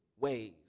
ways